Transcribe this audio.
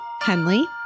Henley